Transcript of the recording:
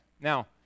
Now